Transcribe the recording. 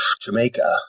Jamaica